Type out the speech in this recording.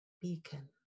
beacon